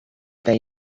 they